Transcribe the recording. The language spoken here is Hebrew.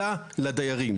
אלא לדיירים.